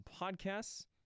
Podcasts